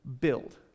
build